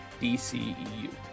DCEU